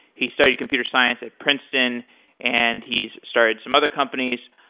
he started computer science at princeton and he's started some other companies.